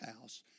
house